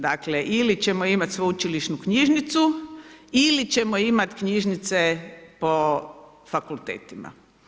Dakle, ili ćemo imati sveučilišnu knjižnicu, ili ćemo imati knjižnice po fakultetima.